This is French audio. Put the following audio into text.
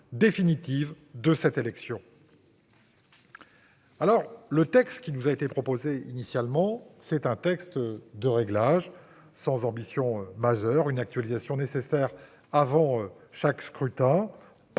définitive de cette élection. Le texte qui nous avait été proposé initialement était un texte de réglages, sans ambition majeure : une actualisation nécessaire avant chaque scrutin,